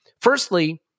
firstly